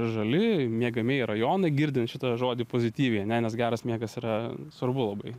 žali miegamieji rajonai girdint šitą žodį pozityviai ane nes geras miegas yra svarbu labai